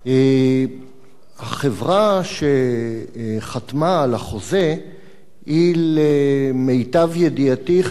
החברה שחתמה על החוזה היא למיטב ידיעתי חברת